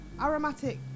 aromatic